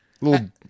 Little